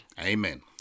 Amen